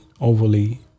overly